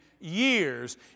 years